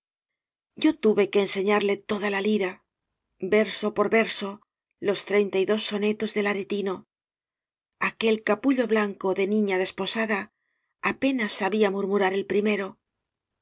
yo tuve que enseñarle toda la lira verso por verso los treinta y dos sonetos del aretino aquel capullo blanco de niña desposada apenas sabía murmurar el primero